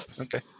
Okay